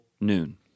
noon